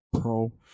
Pro